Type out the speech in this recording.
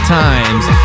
times